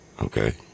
okay